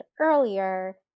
earlier